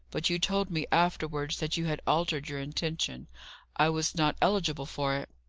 but you told me afterwards that you had altered your intention i was not eligible for it.